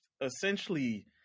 essentially